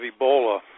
Ebola